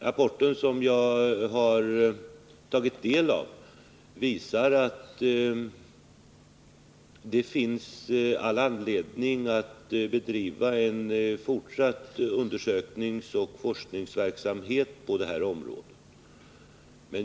Rapporten, som jag har tagit del av, visar att det finns all anledning att fortsätta undersökningsoch forskningsverksamheten på området.